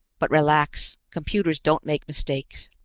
but relax, computers don't make mistakes.